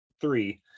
three